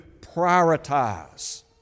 prioritize